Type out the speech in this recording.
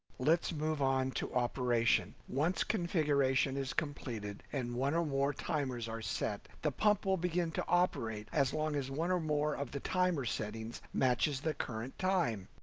let's move on to operation. once configuration is completed and one or more timers are set, the pump will begin to operate as long as one or more of the timer settings matches the current time.